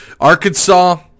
Arkansas